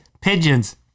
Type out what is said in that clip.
pigeons